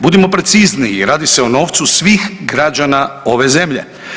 Budimo precizniji radi se o novcu svih građana ove zemlje.